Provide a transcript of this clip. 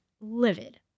livid